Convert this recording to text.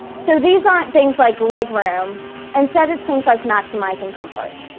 so these aren't things like legroom instead, it's things like maximizing comfort.